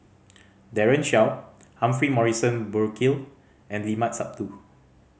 Daren Shiau Humphrey Morrison Burkill and Limat Sabtu